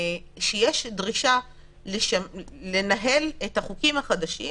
שיש דרישה לנהל את החוקים החדשים